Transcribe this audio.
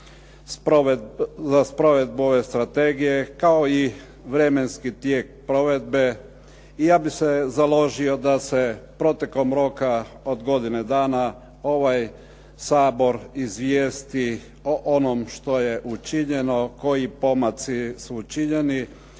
za provedbu ove strategiju, kao i vremenski tijek provedbe. I ja bih se založio da se protekom roka od godine dana ovaj Sabor izvijesti o onom što je učinjeno, koji pomaci su učinjeni,